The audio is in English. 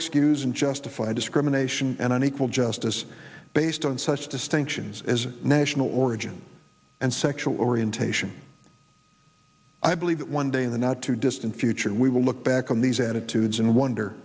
excuse and justify discrimination and unequal justice based on such distinctions as national origin and sexual orientation i believe that one day in the not too distant future we will look back on these attitudes and wonder